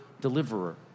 deliverer